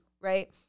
Right